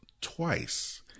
twice